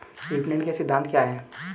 विपणन के सिद्धांत क्या हैं?